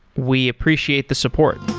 we appreciate the support